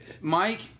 Mike